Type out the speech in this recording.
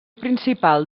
principal